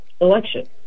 election